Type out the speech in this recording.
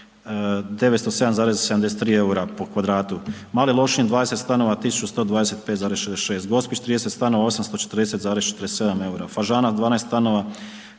907,73 EUR-a po kvadratu. Mali Lošinj 20 stanova 1.125,66, Gospić 30 stanova 840,47 EUR-a, Fažana 12 stanova